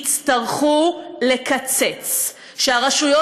יצטרכו לקצץ, שהרשויות